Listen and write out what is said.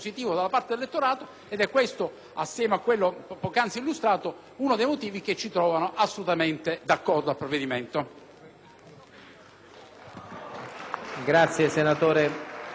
uno dei motivi per cui ci troviamo assolutamente d'accordo con il provvedimento.